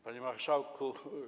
Panie Marszałku!